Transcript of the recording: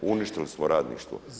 Uništilo smo radništvo.